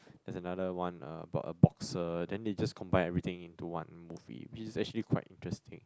there's another one uh a box a boxer then they just combine everything into one movie which is actually quite interesting